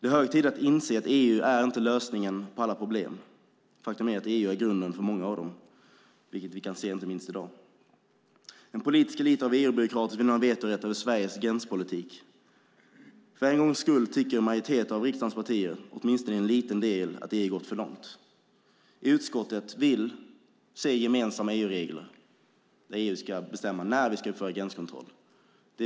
Det är hög tid att inse att EU inte är lösningen på alla problem. Faktum är att EU är grunden till många av dem, vilket vi kan se inte minst i dag. En politisk elit av EU-byråkrater vill nu ha vetorätt över Sveriges gränspolitik. För en gångs skull tycker en majoritet av riksdagens partier, åtminstone i en liten del, att EU har gått för långt. Utskottet vill se gemensamma EU-regler där EU ska bestämma när vi ska uppföra gränskontroll.